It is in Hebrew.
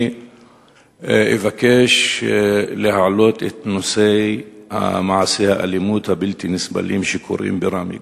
אני אבקש להעלות את נושא מעשי האלימות הבלתי נסבלים שקורים בראמה.